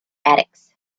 addicts